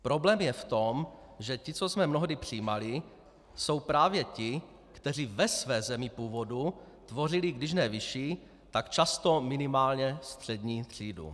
Problém je v tom, že ti, co jsme mnohdy přijímali, jsou právě ti, kteří ve své zemi původu tvořili když ne vyšší, tak často minimálně střední třídu.